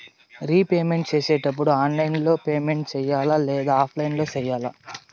repayment సేసేటప్పుడు online లో payment సేయాలా లేదా ఆఫ్లైన్ లో సేయాలా